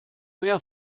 mehr